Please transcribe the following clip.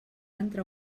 entrar